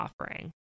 offering